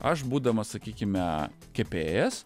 aš būdamas sakykime kepėjas